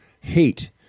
hate